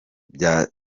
bya